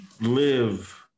live